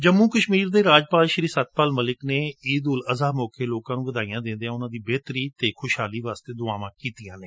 ਜੰਮੁ ਕਸ਼ਮੀਰ ਦੇ ਰਾਜਪਾਲ ਸਤਪਾਲ ਮਲਿਕ ਨੇ ਈਦ ਉਲਹ ਅਜ਼ਹਾ ਮੌਕੇ ਲੋਕਾ ਨੂੰ ਵਧਾਈਆਂ ਦਿਦਿਆਂ ਉਨਾਂ ਦੀ ਬੇਹਤਰੀ ਅਤੇ ਖੁਸ਼ਹਾਲੀ ਵਾਸਤੇ ਦੁਆਵਾਂ ਕੀਤੀਆਂ ਨੇ